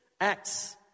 acts